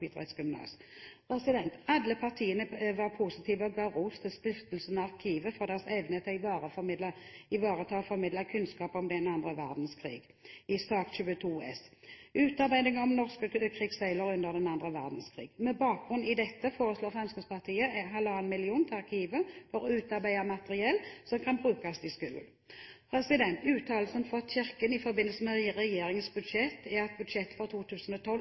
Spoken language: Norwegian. Alle partiene var positive og ga ros til Stiftelsen Arkivet for deres evne til å ivareta og formidle kunnskap om 2. verdenskrig, Innst. 22 S for 2011–2012, utarbeiding om norske krigsseilere under 2. verdenskrig. Med bakgrunn i dette foreslår Fremskrittspartiet 1,5 mill. kr til Arkivet for å utarbeide materiell som kan brukes i skolen. Uttalelsene fra Kirken i forbindelse med regjeringens budsjett er at budsjettet for 2012